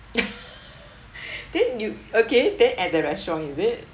then you okay then at the restaurant is it